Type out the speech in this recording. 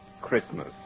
Christmas